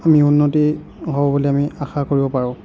আমি উন্নতি হ'ব বুলি আমি আশা কৰিব পাৰোঁ